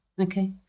okay